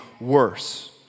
worse